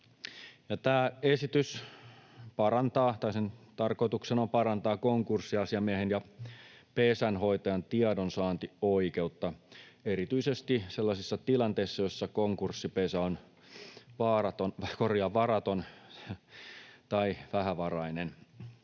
on parantaa konkurssiasiamiehen ja pesänhoitajan tiedonsaantioikeutta erityisesti sellaisissa tilanteissa, joissa konkurssipesä on varaton tai vähävarainen.